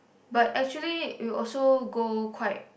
but actually we also go quite